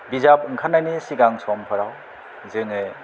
बिजाब ओंखारनायनि सिगां समफोराव जोङो